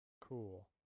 Cool